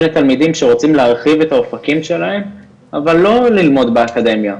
לתלמידים שרוצים להרחיב את האופקים שלהם אבל לא ללמוד באקדמיה,